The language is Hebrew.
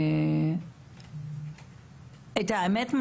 את האמת,